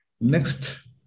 Next